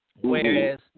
Whereas